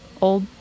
old